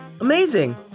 Amazing